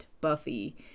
Buffy